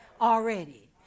already